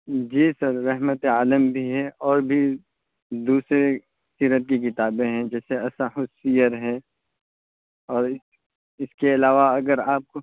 جی sir رحمت عالم بھی ہے اور بھی دوسرے سیرت کی کتابیں ہیں جیسے اصح السیر اور اس اس کے علاوہ اگر آپ کو